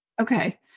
okay